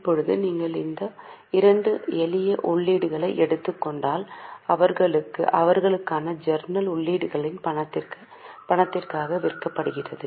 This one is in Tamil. இப்போது நீங்கள் இந்த இரண்டு எளிய உள்ளீடுகளை எடுத்துக் கொண்டால் அவர்களுக்கான ஜர்னல் உள்ளீடுகள் பணத்திற்காக விற்கப்படுகின்றன